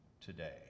today